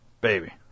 Baby